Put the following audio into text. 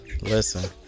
listen